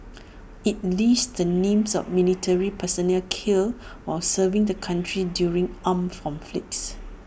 IT lists the names of military personnel killed while serving the country during armed conflicts